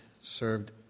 served